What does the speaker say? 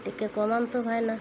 ଟିକେ କମାନ୍ତୁ ଭାଇନା